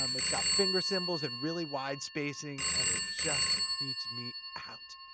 um it's got finger cymbals, and really wide spacing and it just creeps me out.